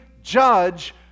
judge